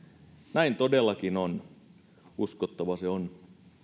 näin todellakin on uskottava se on